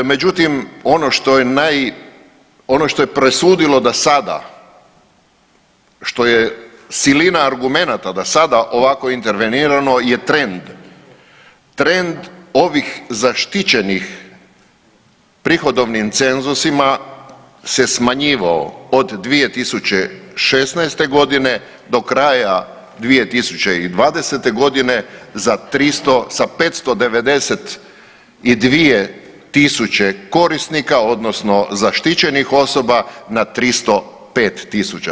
Međutim, ono što je naj ono što je presudilo da sada što je silina argumenata da sada ovako interveniramo je trend, trend ovih zaštićenih prihodovnim cenzusima se smanjivao od 2016. godine do kraja 2020. godine sa 592 tisuće korisnika odnosno zaštićenih osoba na 305 tisuća.